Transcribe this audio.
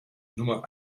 nummer